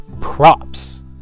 props